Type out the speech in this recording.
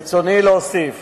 ברצוני להוסיף